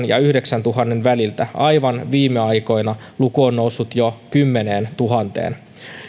ja yhdeksäntuhannen väliltä aivan viime aikoina luku on noussut jo kymmeneentuhanteen